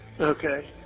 Okay